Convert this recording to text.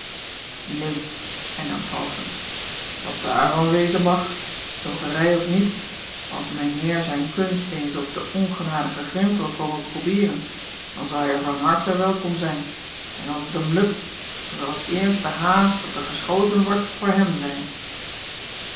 u hernam alteren wat daarvan wezen mag tooverij of niet als mijn eer zijn kunst eens op de ngenadige rind wil komen probeeren dan zal hij er van harte welkom zijn en als t hem lukt dan zal het eerste haas dat er geschoten wordt voor hem zijn